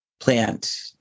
plant